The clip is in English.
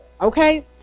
Okay